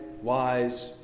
wise